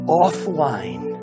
offline